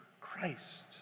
Christ